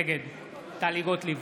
נגד טלי גוטליב,